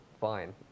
fine